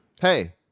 Hey